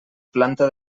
planta